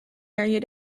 area